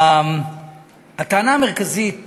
הטענה המרכזית